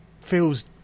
feels